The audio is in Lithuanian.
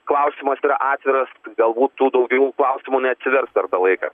klausimas yra atviras galbūt tų daugiau klausimų neatsivers per tą laiką